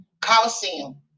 Coliseum